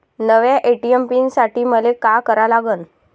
नव्या ATM PIN साठी मले का करा लागन?